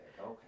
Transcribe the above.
okay